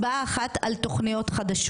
תתקיים הצבעה על לא יותר מ-120 הסתייגויות (ל-5 הצעות החוק יחד).